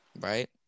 Right